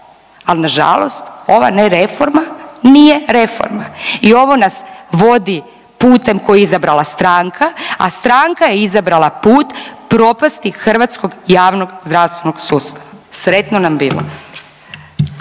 ali nažalost ova nereforma nije reforma i ovo nas vodi putem koji je izabrala stranka, a stranka je izabrala put propasti hrvatskog javnog zdravstvenog sustava. Sretno nam bilo.